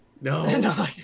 No